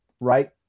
right